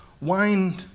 Wine